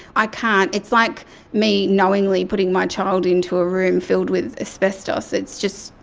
i can't. it's like me knowingly putting my child into a room filled with asbestos. it's just,